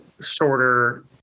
shorter